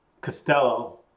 Costello